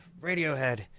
Radiohead